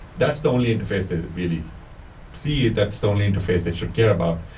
that's the only interface that really see. that's the only interface that should care about.